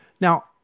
Now